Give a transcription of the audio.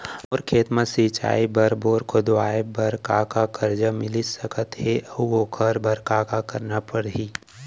मोर खेत म सिंचाई बर बोर खोदवाये बर का का करजा मिलिस सकत हे अऊ ओखर बर का का करना परही?